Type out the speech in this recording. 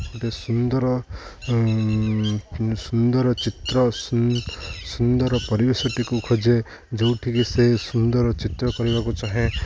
ଗୋଟେ ସୁନ୍ଦର ସୁନ୍ଦର ଚିତ୍ର ସୁନ୍ଦର ପରିବେଶଟିକୁ ଖୋଜେ ଯେଉଁଠିକି ସେ ସୁନ୍ଦର ଚିତ୍ର କରିବାକୁ ଚାହେଁ